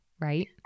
right